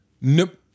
Nope